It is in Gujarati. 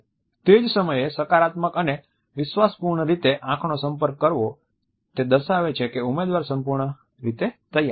તે જ સમયે સકારાત્મક અને વિશ્વાસપૂર્ણ રીતે આંખનો સંપર્ક કરવો તે દર્શાવે છે કે ઉમેદવાર સંપૂર્ણ રીતે તૈયાર છે